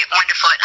wonderful